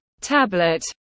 tablet